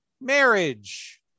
marriage